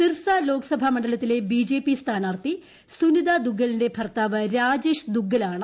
സിർസ ലോക്സഭാ മണ്ഡലത്തിലെ ബിജെപി സ്ഥാനാർത്ഥി സുനിതാ ദുഗ്ഗലിന്റെ ഭർത്താവ് രാജേഷ് ദുഗ്ഗലാണ്